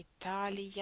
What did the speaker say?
Italia